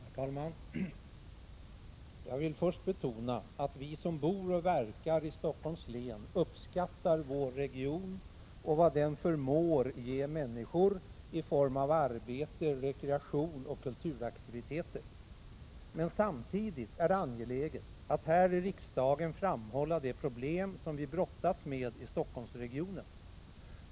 Herr talman! Jag vill först betona att vi som bor och verkar i Stockholms län uppskattar vår region och vad den förmår ge människor i form av arbete, rekreation och kulturaktiviteter. Men samtidigt är det angeläget att här i riksdagen framhålla de problem som vi brottas med i Stockholmsregionen.